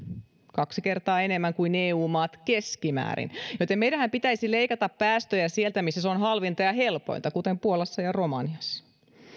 kaksi kertaa enemmän kuin eu maat keskimäärin meidänhän pitäisi leikata päästöjä sieltä missä se on halvinta ja helpointa kuten puolassa ja romaniassa